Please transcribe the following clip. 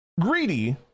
greedy